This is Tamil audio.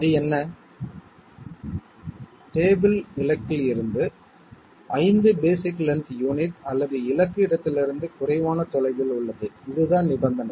அது என்ன டேபிள் இலக்கில் இருந்து 5 பேஸிக் லென்த் யூனிட் அல்லது இலக்கு இடத்திலிருந்து குறைவான தொலைவில் உள்ளது இதுதான் நிபந்தனை